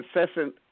incessant